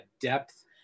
depth